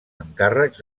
encàrrecs